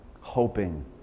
Hoping